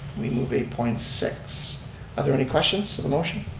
we move eight point six are there any questions for the motion?